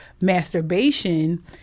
masturbation